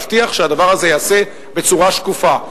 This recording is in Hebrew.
להבטיח שהדבר הזה ייעשה בצורה שקופה.